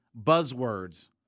buzzwords